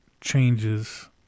changes